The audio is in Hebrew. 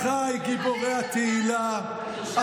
אחיי גיבורי התהילה,